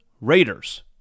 Raiders